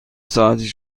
ساعتی